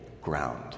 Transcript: ground